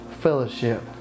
fellowship